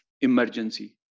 emergency